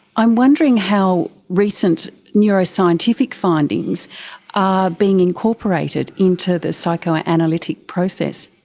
i'm wondering how recent neuroscientific findings are being incorporated into the psychoanalytic process?